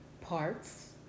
parts